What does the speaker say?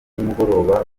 nimugoroba